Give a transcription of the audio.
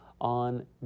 On